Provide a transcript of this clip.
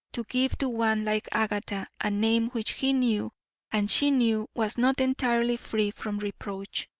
to give to one like agatha a name which he knew and she knew was not entirely free from reproach.